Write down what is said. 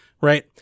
right